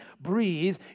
breathe